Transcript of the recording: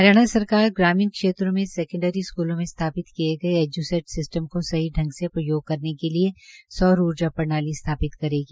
हरियाणा सरकार ग्रामीण क्षेत्रों में सैकेंडरी स्कूलों में स्थापित किए गए एज्सेट सिस्टम को सही ढंग से प्रयोग करने के लिये सौर ऊर्जा प्रणाली स्थापित करेगी